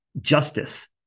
justice